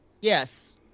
Yes